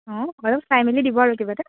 অঁ অলপ চাই মেলি দিব আৰু কিবা এটা